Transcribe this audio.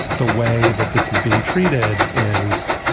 the way that this is being treated is.